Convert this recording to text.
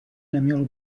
nemělo